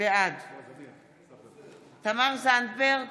בעד תמר זנדברג,